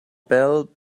bell